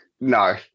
No